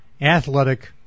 athletic